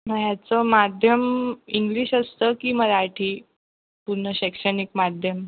मग ह्याचं माध्यम इंग्लिश असतं की मराठी पूर्ण शैक्षणिक माध्यम